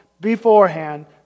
beforehand